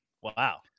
Wow